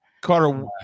Carter